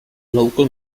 local